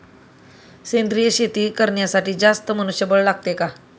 सेंद्रिय शेती करण्यासाठी जास्त मनुष्यबळ लागते का?